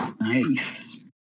Nice